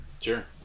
Sure